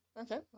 Okay